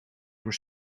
were